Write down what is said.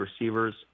receivers